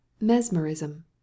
mesmerism